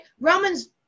Romans